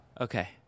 Okay